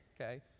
okay